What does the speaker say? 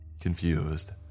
Confused